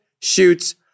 shoots